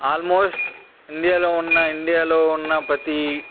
almost ఇండియాలో ఉన్న ఇండియాలో ఉన్న ప్రతి